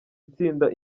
itsinda